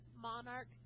Monarch